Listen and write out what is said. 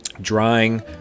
drying